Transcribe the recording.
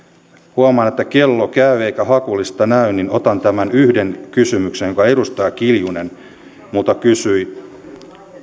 huomaan että kello käy eikä hakulista näy niin että otan tämän yhden kysymyksen jonka edustaja kiljunen minulta kysyi